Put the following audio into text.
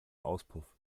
auspuff